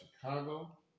Chicago